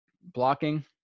Blocking